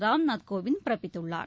ராம்நாத் கோவிந்த் பிறப்பித்துள்ளார்